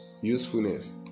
usefulness